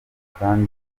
kandi